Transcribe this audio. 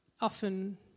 often